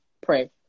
pray